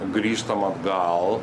grįžtam atgal